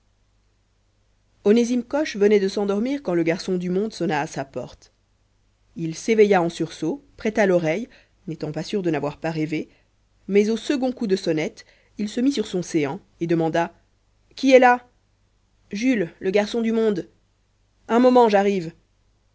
onésime coche venait de s'endormir quand le garçon du monde sonna à sa porte il s'éveilla en sursaut prêta l'oreille n'étant pas sur de n'avoir pas rêvé mais au second coup de sonnette il se mit sur son séant et demanda qui est là jules le garçon du monde un moment j'arrive